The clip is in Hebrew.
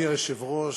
אדוני היושב-ראש,